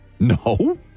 No